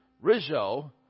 Rizzo